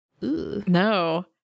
No